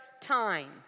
time